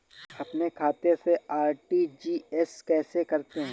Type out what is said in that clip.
अपने खाते से आर.टी.जी.एस कैसे करते हैं?